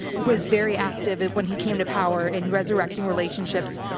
was very active at when he came to power in resurrecting relationships,